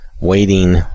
waiting